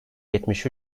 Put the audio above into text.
yetmiş